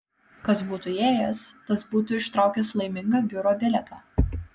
kas būtų įėjęs tas būtų ištraukęs laimingą biuro bilietą